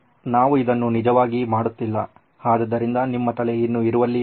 ನಾವು ಇದನ್ನು ನಿಜವಾಗಿ ಮಾಡುತ್ತಿಲ್ಲ ಆದ್ದರಿಂದ ನಿಮ್ಮ ತಲೆ ಇನ್ನೂ ಇರುವಲ್ಲಿಯೇ ಇದೆ